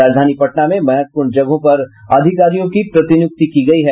राजधानी पटना में महत्वपूर्ण जगहों पर अधिकारियों की प्रतिनियुक्ति की गयी है